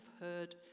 heard